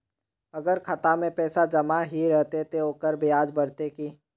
अगर खाता में पैसा जमा ही रहते ते ओकर ब्याज बढ़ते की?